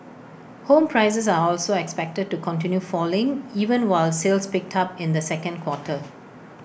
home prices are also expected to continue falling even while sales picked up in the second quarter